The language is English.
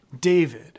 David